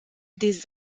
des